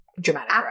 dramatic